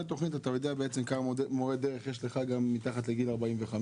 תכנית אתה יודע בעצם כמה מורי דרך יש לך גם מתחת לגיל 45,